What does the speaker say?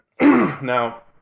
now